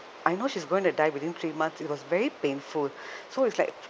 I know she's going to die within three months it was very painful so it's like